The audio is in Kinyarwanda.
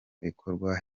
ikorwa